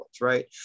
right